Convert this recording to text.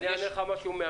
אגיד לך למה